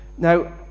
Now